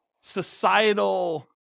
societal